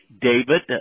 David